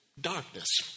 darkness